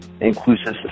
inclusive